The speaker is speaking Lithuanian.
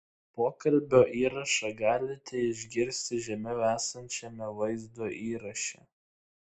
pokalbio įrašą galite išgirsti žemiau esančiame vaizdo įraše